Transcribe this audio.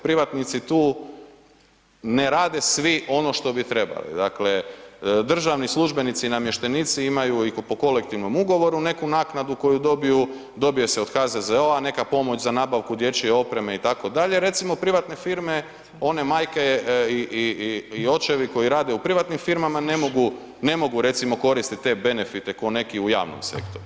Privatnici tu ne rade svi ono što bi trebali, dakle, državni službenici i namještenici imaju i po Kolektivnom ugovoru neku naknadu koju dobiju, dobije se i od HZZO-a, neka pomoć za nabavku dječje opreme, itd., recimo privatne firme, one majke i očevi koji rade u privatnim firmama ne mogu recimo koristiti te benefite kao neki u javnom sektoru.